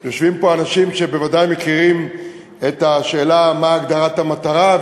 יושבים פה אנשים שבוודאי מכירים את השאלה: מה הגדרת המטרה?